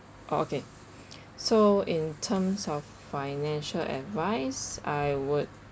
oh okay so in terms of financial advice I would